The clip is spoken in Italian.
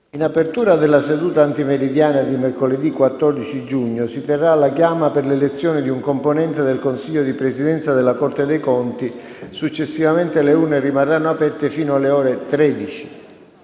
In apertura della seduta antimeridiana di mercoledì 14 giugno si terrà la chiama per l’elezione di un componente del Consiglio di Presidenza della Corte dei conti. Successivamente le urne rimarranno aperte fino alle ore 13.